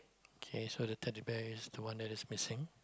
K so the teddy bear is the one that is missing